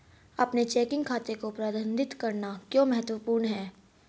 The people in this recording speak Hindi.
अपने चेकिंग खाते को प्रबंधित करना क्यों महत्वपूर्ण है?